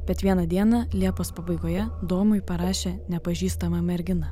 bet vieną dieną liepos pabaigoje domui parašė nepažįstama mergina